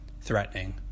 threatening